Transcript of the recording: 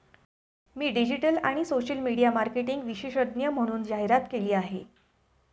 मी digital आणि social media marketing विशेषज्ञ म्हणून जाहिरात केली आहे